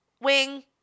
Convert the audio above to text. wing